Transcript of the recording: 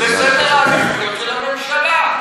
אז נא לכבד.